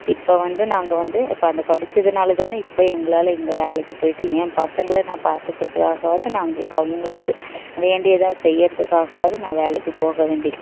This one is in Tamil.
இப்போ வந்து நாங்கள் வந்து இப்போ அந்த படிச்சதுனால தானே இப்போ எங்களால் இங்க வேலைக்கு போயிட்டு என் பசங்கள நான் பார்த்துக்குறதுக்காகவாவது நான் அவங்களுக்கு வேண்டியதை செய்கிறதுகாகவாது நான் வேலைக்கு போக வேண்டி